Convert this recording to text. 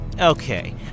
Okay